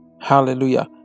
Hallelujah